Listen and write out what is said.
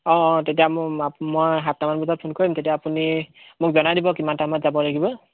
অঁ অঁ তেতিয়া মোৰ মই সাতটামান বজাত ফোন কৰিম তেতিয়া আপুনি মোক জনাই দিব কিমান টাইমত যাব লাগিব